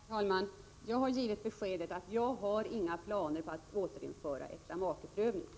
Herr talman! Jag har givit besked om att jag inte har några planer på att återinföra äktamakeprövningen.